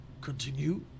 Continue